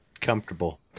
Comfortable